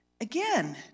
Again